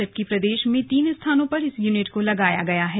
जबकि प्रदेश में तीन स्थानों पर इस यूनिट को लगाया गया है